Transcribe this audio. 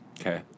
Okay